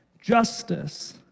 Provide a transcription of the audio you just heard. justice